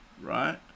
right